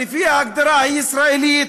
לפי ההגדרה הישראלית,